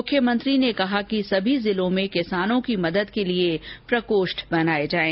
मुख्यमंत्री ने कहा कि सभी जिलों में किसानों की मदद के लिए प्रकोष्ठ बनाए जाऐं